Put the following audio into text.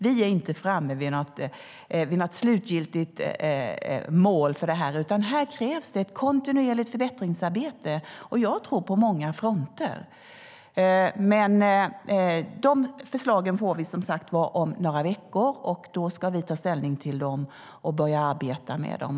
Vi är inte framme vid något slutgiltigt mål för detta. Här krävs det ett kontinuerligt förbättringsarbete på många fronter. De förslagen får vi om några veckor. Då ska vi ta ställning till dem och börja arbeta med dem.